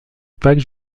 pâques